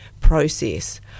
process